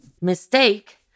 mistake